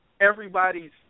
everybody's